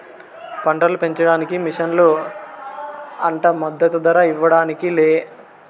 పంటలు పెంచడానికి మిషన్లు అంట మద్దదు ధర ఇవ్వడానికి లే